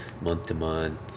month-to-month